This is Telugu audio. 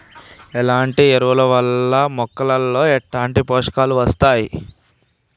ఎట్లాంటి ఎరువుల వల్ల మొక్కలలో ఎట్లాంటి పోషకాలు వత్తయ్?